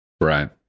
right